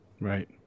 Right